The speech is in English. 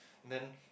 then